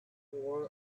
wore